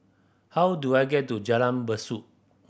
how do I get to Jalan Besut